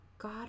God